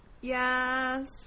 Yes